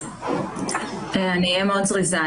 בבקשה.